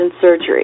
surgery